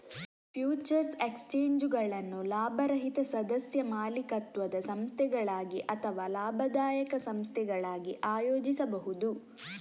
futures ಎಕ್ಸ್ಚೇಂಜುಗಳನ್ನು ಲಾಭರಹಿತ ಸದಸ್ಯ ಮಾಲೀಕತ್ವದ ಸಂಸ್ಥೆಗಳಾಗಿ ಅಥವಾ ಲಾಭದಾಯಕ ಸಂಸ್ಥೆಗಳಾಗಿ ಆಯೋಜಿಸಬಹುದು